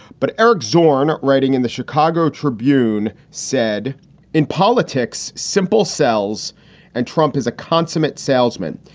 but eric zorn, writing in the chicago tribune said in politics, simple cells and trump is a consummate salesman.